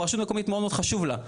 רשות מקומית מאוד מאוד חשוב לה.